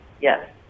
yes